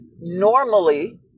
normally